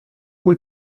cui